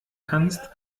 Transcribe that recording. kannst